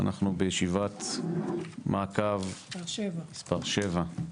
אנחנו בישיבת מעקב מס' 7,